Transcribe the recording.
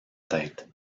tête